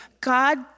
God